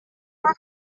көз